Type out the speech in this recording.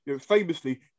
famously